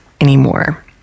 anymore